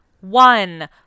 one